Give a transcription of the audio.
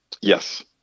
Yes